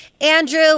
andrew